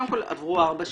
קודם כול עברו ארבע שנים.